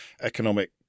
economic